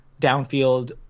downfield